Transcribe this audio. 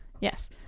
Yes